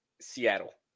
Seattle